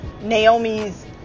Naomi's